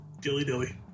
Dilly-dilly